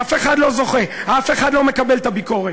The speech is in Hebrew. אף אחד לא זוכה, אף אחד לא מקבל את הביקורת,